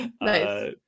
nice